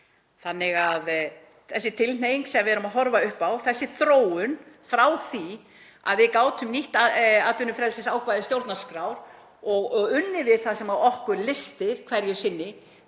kostur er. Þessi tilhneiging sem við erum að horfa upp á, þessi þróun frá því að við gátum nýtt atvinnufrelsisákvæði stjórnarskrár og unnið við það sem okkur lysti hverju sinni,